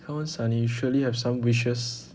come on sonny you surely have some wishes